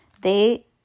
They